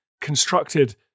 constructed